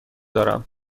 دارم